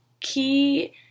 key